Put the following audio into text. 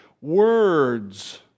words